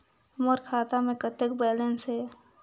मोर खाता मे कतेक बैलेंस हे?